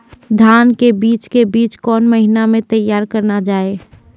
धान के बीज के बीच कौन महीना मैं तैयार करना जाए?